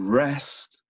rest